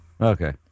Okay